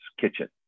kitchen